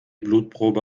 blutprobe